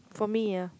for me ya